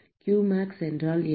qmax என்றால் என்ன